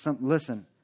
Listen